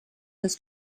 has